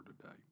today